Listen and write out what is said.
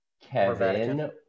Kevin